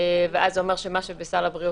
ואז זה אומר שמה שבסל הבריאות,